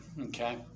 Okay